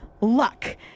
Luck